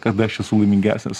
kada aš esu laimingesnis